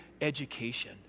education